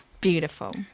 beautiful